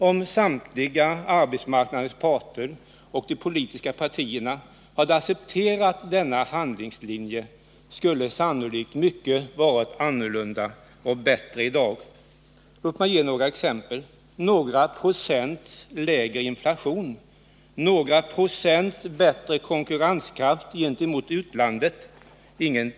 Om samtliga arbetsmarknadens parter och de politiska partierna hade accepterat denna handlingslinje skulle sannolikt mycket ha varit annorlunda och bättre i dag. Låt mig ge några exempel: Några procents lägre inflation. Några procents bättre konkurrenskraft gentemot utlandet.